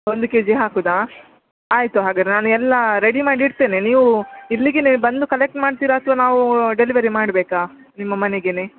ಒಂದು K G ಹಾಕುದಾ ಆಯಿತು ಹಾಗಾದರೆ ನಾನು ಎಲ್ಲ ರೆಡಿ ಮಾಡಿ ಇಡ್ತೇನೆ ನೀವು ಇಲ್ಲಿಗೇನೇ ಬಂದು ಕಲೆಕ್ಟ್ ಮಾಡ್ತೀರಾ ಅಥವಾ ನಾವು ಡೆಲಿವರಿ ಮಾಡಬೇಕಾ ನಿಮ್ಮ ಮನೆಗೇನೇ